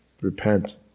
Repent